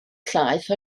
llaeth